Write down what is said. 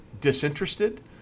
disinterested